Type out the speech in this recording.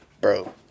bro